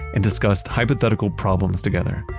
and discussed hypothetical problems together.